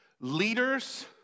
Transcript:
Leaders